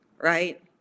right